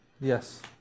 Yes